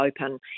open